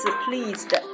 pleased